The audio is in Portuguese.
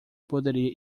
poderia